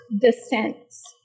Descents